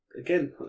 again